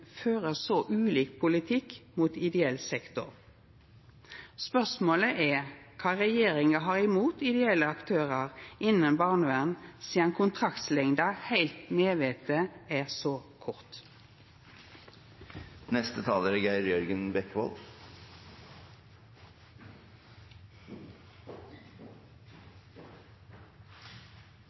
så ulik politikk mot ideell sektor. Spørsmålet er kva regjeringa har imot ideelle aktørar innan barnevern, sidan kontraktslengda heilt medvite er så